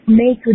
make